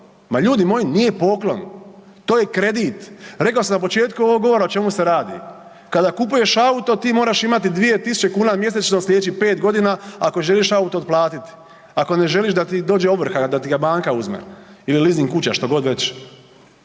Ma ljudi moji nije poklon, to je kredit. Rekao sam na početku ovog govora o čemu se radi, kada kupuješ auto ti moraš imati 2.000 mjesečno sljedećih 5 godina ako želiš auto otplatiti, ako ne želiš da ti dođe ovrha, da ti ga banka uzme ili lizing kuća što god već.